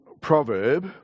proverb